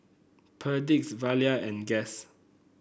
Perdix Zalia and Guess